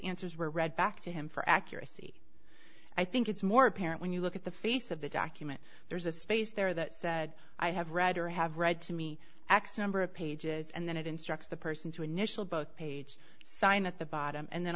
answers were read back to him for accuracy i think it's more apparent when you look at the face of the document there's a space there that said i have read or have read to me x number of pages and then it instructs the person to initial both page sign at the bottom and then